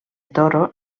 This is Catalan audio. toro